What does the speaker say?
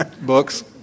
Books